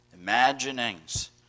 imaginings